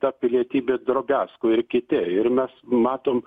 ta pilietybė drobiazko ir kiti ir mes matom